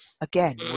again